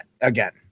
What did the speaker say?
again